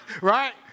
Right